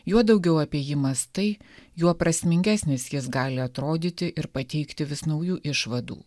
juo daugiau apie jį mąstai juo prasmingesnis jis gali atrodyti ir pateikti vis naujų išvadų